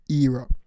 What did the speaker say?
era